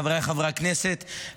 חבריי חברי הכנסת,